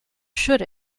should